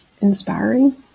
inspiring